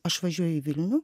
aš važiuoju į vilnių